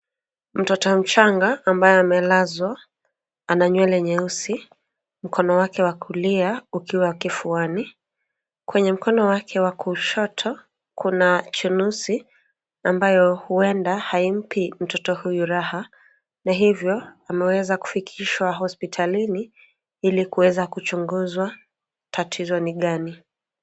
Mtoto mchanga ambaye amelazwa ana nywele nyeusi. Mkono wake wa kulia ukiwa kifuani. Kwenye mkono wake wa kushoto kuna chunusi ambayo huenda haimpi mtoto huyu raha na hivyo ameweza kufikishwa hosipitalini ili kuweza kuchunguzwa tatizo ni gani.